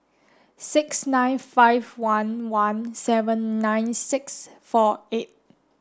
six nine five one one seven nine six four eight